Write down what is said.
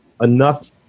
enough